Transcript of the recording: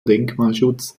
denkmalschutz